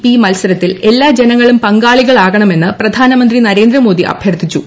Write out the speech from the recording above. P മത്സരത്തിൽ എല്ലാ ജനങ്ങളും പങ്കാളികളാകണമെന്ന് പ്രധാനമന്ത്രി നരേന്ദ്ര മോദി അഭ്യർത്ഥിച്ചു